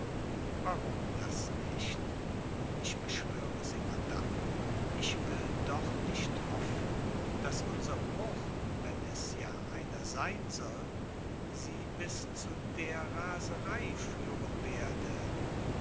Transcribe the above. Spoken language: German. warum das nicht ich beschwöre sie madame ich will doch nicht hoffen daß unser bruch wenn es ja einer sein soll sie bis zu der raserei führen werde